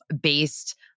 based